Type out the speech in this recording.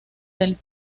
del